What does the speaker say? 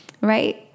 right